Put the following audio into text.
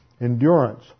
endurance